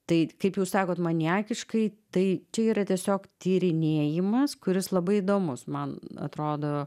tai kaip jūs sakot maniakiškai tai čia yra tiesiog tyrinėjimas kuris labai įdomus man atrodo